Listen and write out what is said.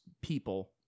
people